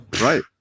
right